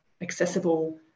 accessible